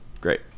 Great